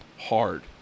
Hard